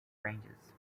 ranges